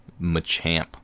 Machamp